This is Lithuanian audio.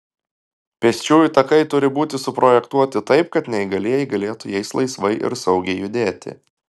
pėsčiųjų takai turi būti suprojektuoti taip kad neįgalieji galėtų jais laisvai ir saugiai judėti